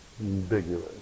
ambiguous